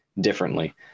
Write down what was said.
differently